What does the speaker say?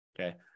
Okay